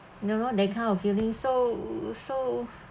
you know that kind of feeling so so